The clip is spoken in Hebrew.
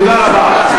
תודה רבה.